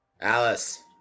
Alice